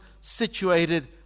situated